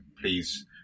please